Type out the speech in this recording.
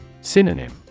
Synonym